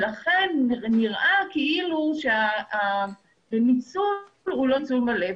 לכן נראה כאילו הניצול הוא לא מלא.